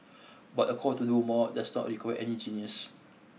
but a call to do more does not require any genius